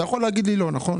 אתה יכול להגיד לי לא, נכון?